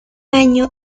año